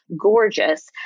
gorgeous